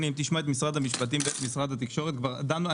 תשמע את משרד המשפטים ואת משרד התקשורת, כבר דנו.